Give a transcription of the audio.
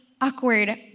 awkward